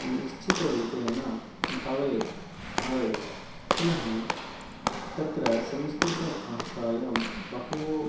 निश्चितरूपेण भवेत् भवेत् पुनः तत्र संस्कृतभाषायां बहु